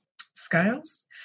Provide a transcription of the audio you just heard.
scales